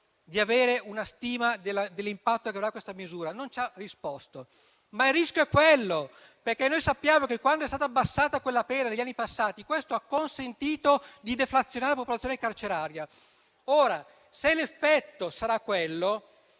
di avere una stima dell'impatto che avrà questa misura, ma non ci ha risposto. Il rischio è quello, perché noi sappiamo che quando è stata diminuita quella pena negli anni passati, ciò ha consentito di deflazionare la popolazione carceraria. Ora, se l'effetto sarà quello,